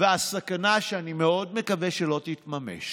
והסכנה שאני מאוד מקווה שלא תתממש